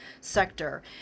sector